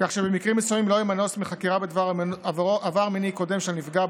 כך שבמקרים מסוימים לא יהיה מנוס מחקירה בדבר עבר מיני קודם של נפגע,